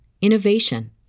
innovation